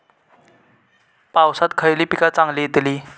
पावसात खयली पीका चांगली येतली?